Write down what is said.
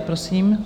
Prosím.